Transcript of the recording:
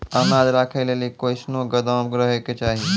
अनाज राखै लेली कैसनौ गोदाम रहै के चाही?